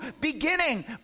beginning